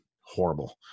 horrible